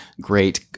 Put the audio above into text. great